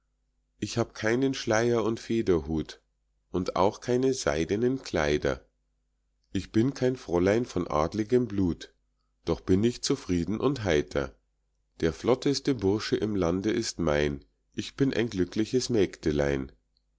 ich hab keinen schleier und federhut und auch keine seidenen kleider ich bin kein fräulein von adligem blut doch bin ich zufrieden und heiter der flotteste bursche im lande ist mein ich bin ein glückliches